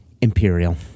Imperial